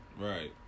Right